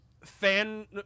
fan